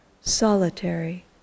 solitary